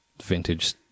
vintage